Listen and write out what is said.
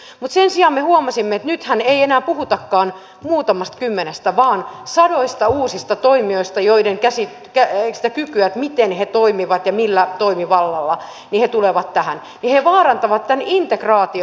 sen sijaan me huomasimme että nythän ei enää puhutakaan muutamasta kymmenestä vaan sadoista uusista toimijoista jotka sillä millä kyvyllä he toimivat ja millä toimivallalla he tulevat tähän vaarantavat tämän integraation